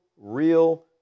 real